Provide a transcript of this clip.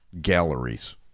galleries